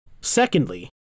Secondly